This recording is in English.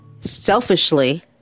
Selfishly